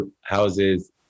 houses